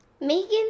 Megan